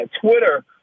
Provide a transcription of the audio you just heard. Twitter